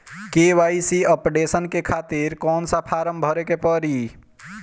KYC updation के खातिर कौन सा फारम भरे के पड़ी?